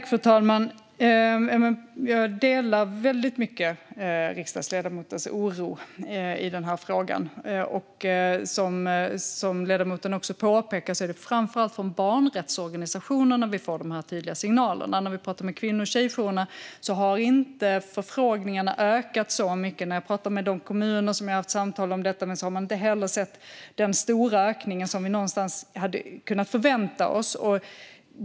Fru talman! Jag delar väldigt mycket riksdagsledamotens oro i den här frågan. Som ledamoten också påpekar är det framför allt från barnrättsorganisationerna som vi får de här tydliga signalerna. När vi pratar med kvinno och tjejjourerna säger de att förfrågningarna inte har ökat så mycket. De kommuner som jag har haft samtal om detta med har heller inte sett den stora ökning som vi hade kunnat förvänta oss.